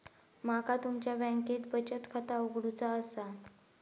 माका तुमच्या बँकेत बचत खाता उघडूचा असा?